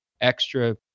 extra